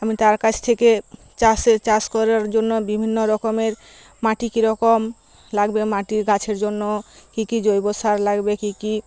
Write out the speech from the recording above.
আমি তার কাছ থেকে চাষের চাষ করার জন্য বিভিন্ন রকমের মাটি কীরকম লাগবে মাটির গাছের জন্য কী কী জৈব সার লাগবে কী কী